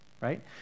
right